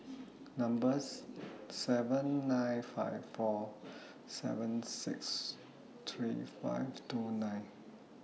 number's seven nine five four seven six three five two nine